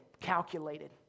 calculated